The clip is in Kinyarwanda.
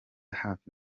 hafi